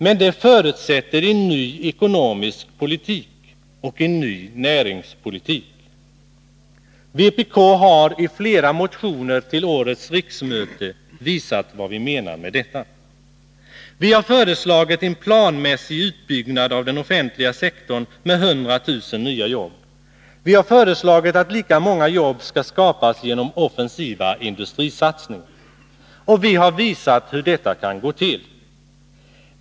Men det förutsätter en ny ekonomisk politik och en ny näringspolitik. Vpk har i flera motioner till årets riksmöte visat vad vi menar med detta. Vi har föreslagit en planmässig utbyggnad av den offentliga sektorn med 100 000 nya jobb. Vi har föreslagit att lika många jobb skall skapas genom offensiva industrisatsningar. Vi har visat hur det kan gå till.